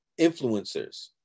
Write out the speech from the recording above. influencers